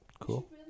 Cool